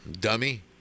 dummy